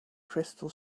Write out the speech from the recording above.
crystal